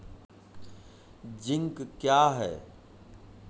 Zinc क्या हैं?